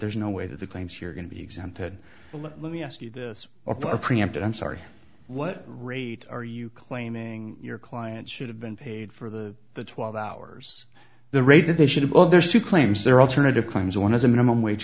there's no way that the claims here are going to be exempted but let me ask you this or preempted i'm sorry what rate are you claiming your client should have been paid for the the twelve hours the rate that they should have well there's two claims there are alternative claims one is a minimum wage